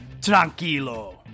tranquilo